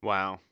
Wow